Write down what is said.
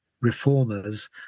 Reformers